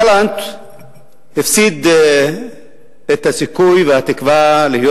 גלנט הפסיד את הסיכוי והתקווה להיות